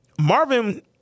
Marvin